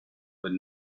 but